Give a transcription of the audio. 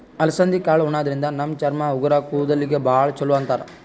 ಅಲಸಂದಿ ಕಾಳ್ ಉಣಾದ್ರಿನ್ದ ನಮ್ ಚರ್ಮ, ಉಗುರ್, ಕೂದಲಿಗ್ ಭಾಳ್ ಛಲೋ ಅಂತಾರ್